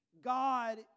God